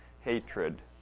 hatred